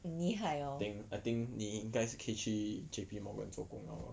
think I think 你应该可以去 J_P Morgan 做工了 lor